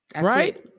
right